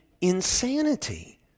insanity